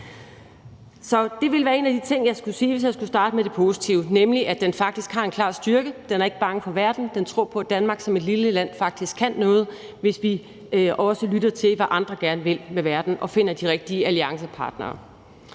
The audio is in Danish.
det ville være en af de ting, jeg skulle sige, hvis jeg skulle starte med det positive, nemlig at den faktisk har en klar styrke. Den er ikke bange for verden, og den tror på, at Danmark som et lille land faktisk kan noget, hvis vi også lytter til, hvad andre gerne vil med verden, og finder de rigtige alliancepartnere.